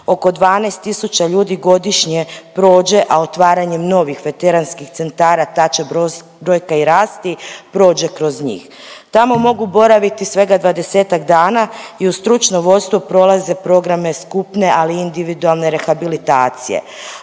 Oko 12 tisuća ljudi godišnje prođe, a otvaranjem novih veteranskih centara ta će brojka i rasti, prođe kroz njih. Tamo mogu boraviti svega 20-tak dana i uz stručno vodstvo prolaze programe skupne, ali individualne rehabilitacije.